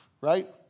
Right